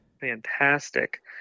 fantastic